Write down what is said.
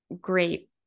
great